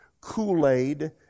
Kool-Aid